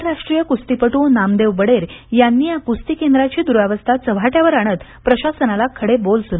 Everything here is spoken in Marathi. आंतरराष्ट्रीय क्स्तीपट्ट नामदेव बडेर यांनी या क्स्ती केंद्राची द्रावस्था चव्हाट्यावर आणत प्रशासनाला आणि खडे बोल सुनावले आहेत